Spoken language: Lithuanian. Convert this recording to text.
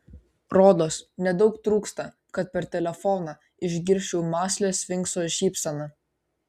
rodos nedaug trūksta kad per telefoną išgirsčiau mąslią sfinkso šypseną